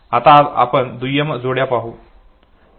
आता आपण इतर दुय्यम जोड्या पाहू